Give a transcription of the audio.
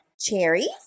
cherries